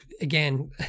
again